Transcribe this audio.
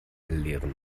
leeren